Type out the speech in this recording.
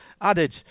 added